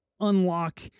unlock